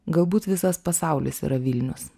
galbūt visas pasaulis yra vilnius